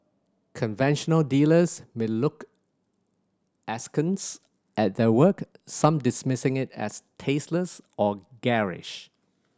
conventional dealers may look askance at their work some dismissing it as tasteless or garish